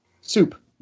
Soup